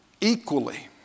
equally